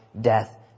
death